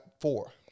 four